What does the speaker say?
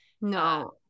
no